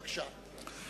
בבקשה.